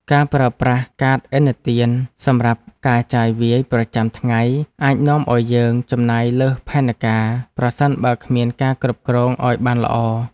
ការប្រើប្រាស់កាតឥណទានសម្រាប់ការចាយវាយប្រចាំថ្ងៃអាចនាំឱ្យយើងចំណាយលើសផែនការប្រសិនបើគ្មានការគ្រប់គ្រងឱ្យបានល្អ។